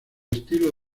estilo